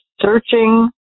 searching